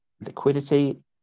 liquidity